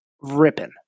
ripping